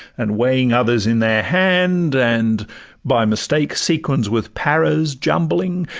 and weighing others in their hand, and by mistake sequins with paras jumbling,